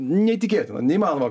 neįtikėtina neįmanoma